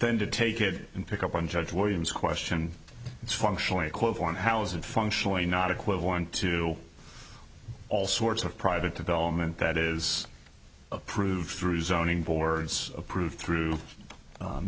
then to take it and pick up on judge williams question is functionally equivalent how is it functionally not equivalent to all sorts of private development that is approved through zoning boards approved through